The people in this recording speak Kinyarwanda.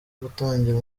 gutangira